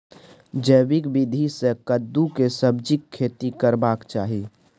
जैविक विधी से कद्दु के सब्जीक खेती करबाक चाही?